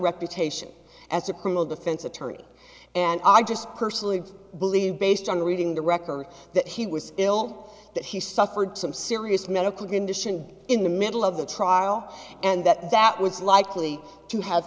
reputation as a criminal defense attorney and i just personally believe based on reading the record that he was ill that he suffered some serious medical condition in the middle of the trial and that that was likely to have